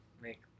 make